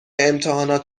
امتحانات